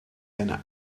einer